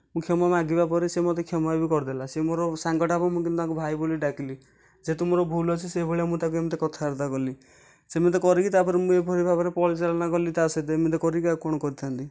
ମୁଁ କ୍ଷମା ମାଗିବା ପରେ ସିଏ ମୋତେ କ୍ଷମା ଭି କରିଦେଲା ସେ ମୋର ସାଙ୍ଗଟା ହେବ କିନ୍ତୁ ମୁଁ ତାକୁ ଭାଇ ବୋଲି ଡାକିଲି ଯେହେନ୍ତୁ ମୋର ଭୁଲ୍ ଅଛି ସେହିଭଳିଆ ତାକୁ ଏମିତି କଥାବାର୍ତ୍ତା କରିଲି ସେମିତି କରିକି ତା'ପରେ ମୁଁ ଏହିଭଳି ଭାବରେ ପରିଚାଳନା କରିଲି ତା' ସହିତ ଏମିତି କରିଲି ଆଉ କ'ଣ କରିଥାଆନ୍ତି